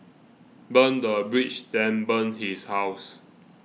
burn the bridge then burn his house